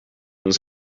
was